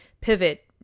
pivot